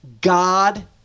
God